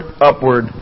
upward